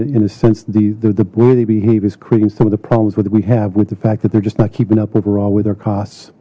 in a sense the the way they behave is creating some of the problems whether we have with the fact that they're just not keeping up overall with our costs